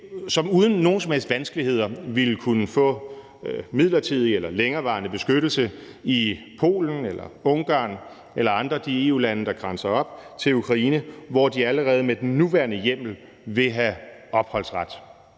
som uden nogen som helst vanskeligheder ville kunne få midlertidig eller længerevarende beskyttelse i Polen, Ungarn eller i andre af de EU-lande, der grænser op til Ukraine, hvor de allerede med den nuværende hjemmel vil have opholdsret.